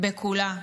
בכולה.